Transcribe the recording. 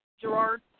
Gerard